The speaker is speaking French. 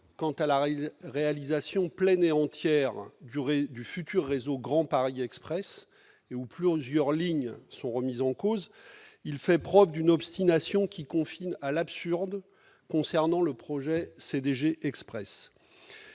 quant à la réalisation pleine et entière du futur réseau Grand Paris Express, dont plusieurs lignes sont remises en cause, il fait preuve d'une obstination qui confine à l'absurde concernant le projet CDG Express.